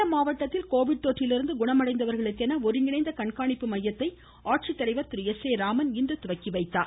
சேலம் மாவட்டத்தில் கோவிட் தொற்றிலிருந்து குணமடைந்தவர்களுக்கென ஒருங்கிணைந்த கண்காணிப்பு மையத்தை மாவட்ட ஆட்சித்தலைவர் திருராமன் இன்று துவக்கிவைத்தார்